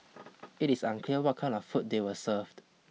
it is unclear what kind of food they were served